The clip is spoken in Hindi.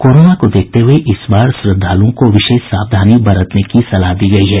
कोरोना को देखते हुए इस बार श्रद्धालुओं को विशेष सावधानी बरतने की सलाह दी गयी है